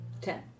Ten